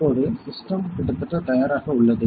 இப்போது சிஸ்டம் கிட்டத்தட்ட தயாராக உள்ளது